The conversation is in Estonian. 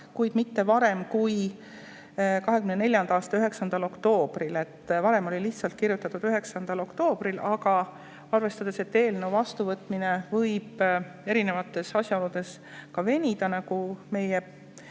kuid mitte varem kui 2024. aasta 9. oktoobril. Varem oli lihtsalt kirjutatud 9. oktoobril, aga arvestades, et eelnõu vastuvõtmine võib erinevate asjaolude tõttu venida,